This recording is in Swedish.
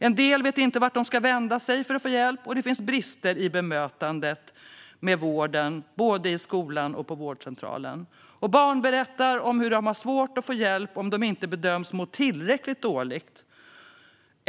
En del vet inte vart de ska vända sig för att få hjälp och det finns brister i bemötandet med vården. Barn berättar exempelvis att de har svårt att få hjälp om de inte bedöms må 'tillräckligt dåligt'.